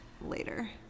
later